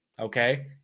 Okay